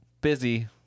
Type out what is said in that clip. busy